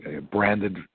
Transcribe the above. branded